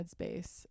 headspace